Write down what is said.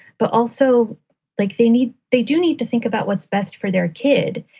but also like they need they do need to think about what's best for their kid.